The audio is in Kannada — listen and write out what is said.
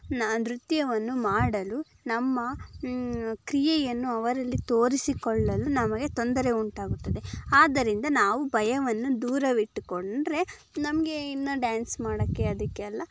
ನಾ ನೃತ್ಯವನ್ನು ಮಾಡಲು ನಮ್ಮ ಕ್ರಿಯೆಯನ್ನು ಅವರಲ್ಲಿ ತೋರಿಸಿಕೊಳ್ಳಲು ನಮಗೆ ತೊಂದರೆ ಉಂಟಾಗುತ್ತದೆ ಆದ್ದರಿಂದ ನಾವು ಭಯವನ್ನು ದೂರವಿಟ್ಟುಕೊಂಡ್ರೆ ನಮಗೆ ಇನ್ನು ಡ್ಯಾನ್ಸ್ ಮಾಡೋಕೆ ಅದಕ್ಕೆ ಎಲ್ಲ